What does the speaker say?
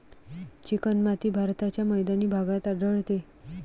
चिकणमाती भारताच्या मैदानी भागात आढळते